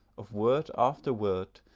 of word after word,